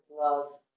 love